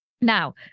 now